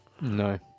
No